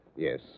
Yes